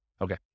Okay